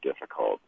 difficult